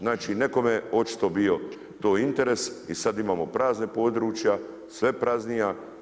Znači, nekome je očito bio to interes i sad imamo prazna područja, sve praznija.